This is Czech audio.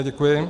Děkuji.